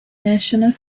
national